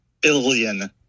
billion